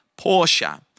Porsche